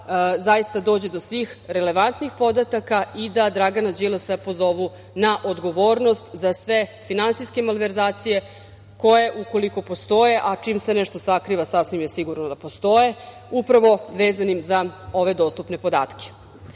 zaista dođu do svih relevantnih podataka i da Dragana Đilasa pozovu na odgovornost za sve finansijske malverzacije koje, ukoliko postoje, a čim se nešto sakriva, sasvim je sigurno da postoje, upravo vezanim za ove dostupne podatke. Juče